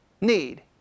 need